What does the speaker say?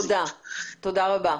תודה רבה.